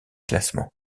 classements